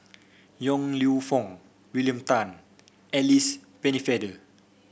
Yong Lew Foong William Tan Alice Pennefather